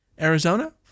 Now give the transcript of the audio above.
Arizona